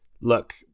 Look